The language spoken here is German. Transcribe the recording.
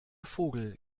vogel